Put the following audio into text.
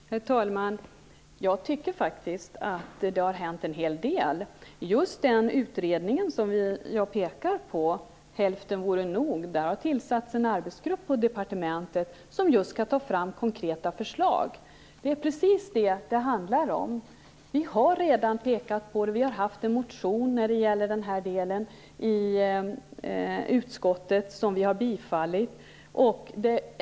Herr talman! Jag tycker faktiskt att det har hänt en hel del. Just den utredning som jag pekar på, Hälften vore nog, har lett till att det har tillsatts en arbetsgrupp på departementet som skall ta fram konkreta förslag. Det är precis det som det handlar om. Vi har redan pekat på det, och vi har väckt en motion som gäller denna del som utskottet har biträtt.